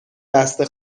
بسته